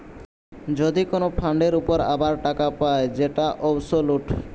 যদি কোন ফান্ডের উপর আবার টাকা পায় যেটা অবসোলুট